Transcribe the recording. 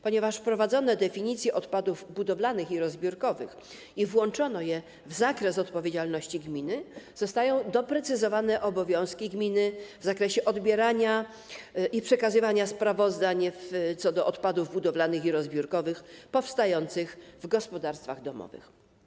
Ponieważ wprowadzono definicje odpadów budowlanych i rozbiórkowych, które włączono w zakres odpowiedzialności gminy, zostały doprecyzowane obowiązki gminy w zakresie odbierania i przekazywania sprawozdań co do odpadów budowlanych i rozbiórkowych powstających w gospodarstwach domowych.